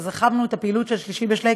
אז הרחבנו את הפעילות של "שלישי בשלייקס"